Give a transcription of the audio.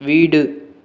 வீடு